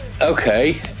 Okay